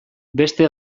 beste